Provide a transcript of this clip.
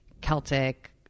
Celtic